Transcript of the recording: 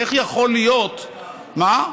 איך יכול להיות, המטוס,